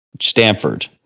Stanford